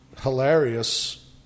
hilarious